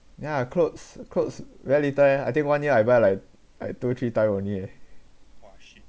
yeah clothes clothes very little eh I think one year I buy like like two three time only eh